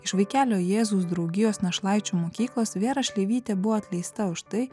iš vaikelio jėzaus draugijos našlaičių mokyklos vėra šleivytė buvo atleista už tai